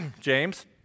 James